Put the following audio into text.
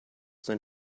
sein